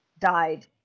died